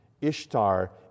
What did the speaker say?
Ishtar